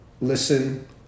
listen